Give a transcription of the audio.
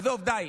עזוב, די.